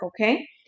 okay